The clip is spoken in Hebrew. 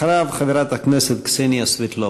אחריו, חברת הכנסת קסניה סבטלובה.